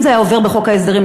אם זה היה עובר בחוק ההסדרים,